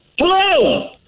Hello